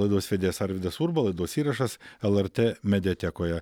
laidos vedėjas arvydas urba laidos įrašas lrt mediatekoje